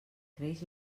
creix